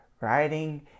writing